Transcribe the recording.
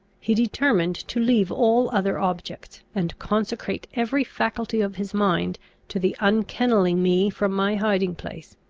he determined to leave all other objects, and consecrate every faculty of his mind to the unkennelling me from my hiding-place.